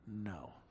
No